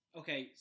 okay